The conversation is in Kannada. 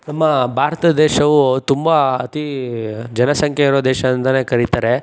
ನಮ್ಮ ಭಾರತ ದೇಶವು ತುಂಬ ಅತಿ ಜನಸಂಖ್ಯೆ ಇರುವ ದೇಶ ಅಂತಲೇ ಕರಿತಾರೆ